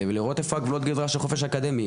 ולראות איפה גבולות הגזרה של החופש האקדמי.